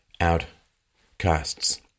outcasts